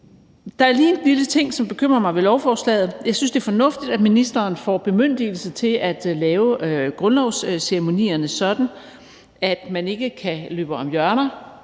Der er lige en lille ting, som bekymrer mig ved lovforslaget. Jeg synes, det er fornuftigt, at ministeren får bemyndigelse til at lave grundlovsceremonierne sådan, at man ikke kan løbe om hjørner